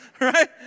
right